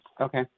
Okay